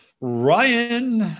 Ryan